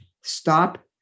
stop